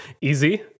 Easy